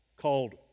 called